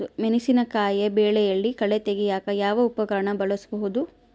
ಮೆಣಸಿನಕಾಯಿ ಬೆಳೆಯಲ್ಲಿ ಕಳೆ ತೆಗಿಯಾಕ ಯಾವ ಉಪಕರಣ ಬಳಸಬಹುದು?